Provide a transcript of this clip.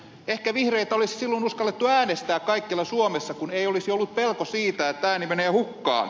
ehkä vihreitä olisi silloin uskallettu äänestää kaikkialla suomessa kun ei olisi ollut pelkoa siitä että ääni menee hukkaan